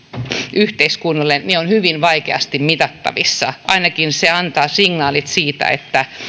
yhteiskunnalle ovat hyvin vaikeasti mitattavissa ainakin se antaa signaalit siitä että